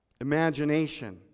imagination